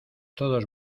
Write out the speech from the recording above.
todos